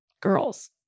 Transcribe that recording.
girls